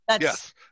Yes